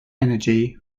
energy